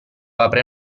apre